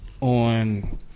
on